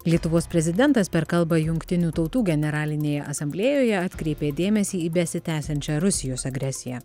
lietuvos prezidentas per kalbą jungtinių tautų generalinėje asamblėjoje atkreipė dėmesį į besitęsiančią rusijos agresiją